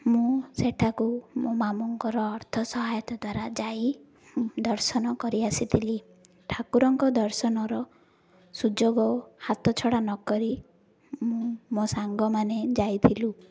ମୁଁ ସେଠାକୁ ମୋ ମାମୁଙ୍କର ଅର୍ଥ ସହାୟତା ଦ୍ୱାରା ଯାଇ ଦର୍ଶନ କରିଆସିଥିଲି ଠାକୁରଙ୍କ ଦର୍ଶନର ସୁଯୋଗ ହାତ ଛଡ଼ା ନକରି ମୁଁ ମୋ ସାଙ୍ଗମାନେ ଯାଇଥିଲୁ